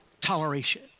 toleration